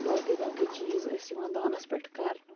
باقٕے باقٕے چیٖز ٲسۍ یِوان دانَس پٮ۪ٹھ کَرنہٕ